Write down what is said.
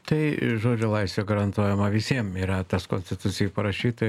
tai žodžio laisvė garantuojama visiem yra tas konstitucijoj parašyta